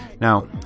Now